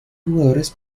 jugadores